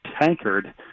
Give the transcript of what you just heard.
tankard